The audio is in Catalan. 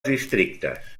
districtes